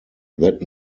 that